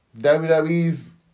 WWE's